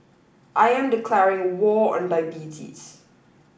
I am declaring war on diabetes